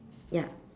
ya